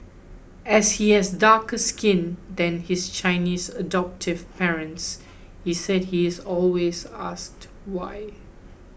as he has darker skin than his Chinese adoptive parents he said he is always asked why